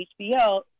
HBO